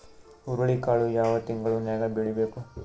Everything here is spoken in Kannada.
ಹುರುಳಿಕಾಳು ಯಾವ ತಿಂಗಳು ನ್ಯಾಗ್ ಬೆಳಿಬೇಕು?